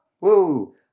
Woo